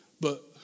But